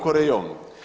Korejom.